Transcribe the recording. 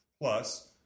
plus